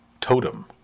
totem